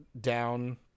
down